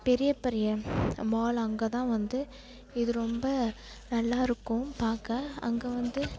பெரிய பெரிய மால் அங்கே தான் வந்து இது ரொம்ப நல்லா இருக்கும் பார்க்க அங்கே வந்து